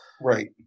right